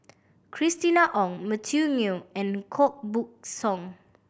Christina Ong Matthew Ngui and Koh Buck Song